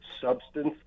substance